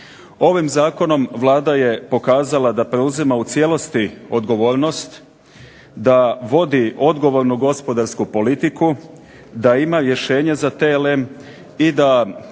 Ovim zakonom Vlada je pokazala da preuzima u cijelosti odgovornost da vodi odgovornu gospodarsku politiku, da ima rješenje za TLM i da